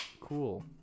cool